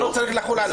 זה לא צריך לחול עליו.